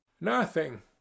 Nothing